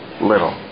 little